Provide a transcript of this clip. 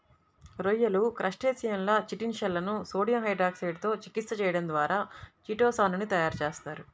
రొయ్యలు, క్రస్టేసియన్ల చిటిన్ షెల్లను సోడియం హైడ్రాక్సైడ్ తో చికిత్స చేయడం ద్వారా చిటో సాన్ ని తయారు చేస్తారు